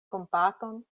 kompaton